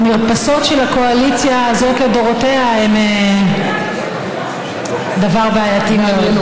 המרפסות של הקואליציה הזאת לדורותיה הן דבר בעייתי מאוד.